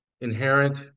inherent